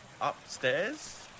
upstairs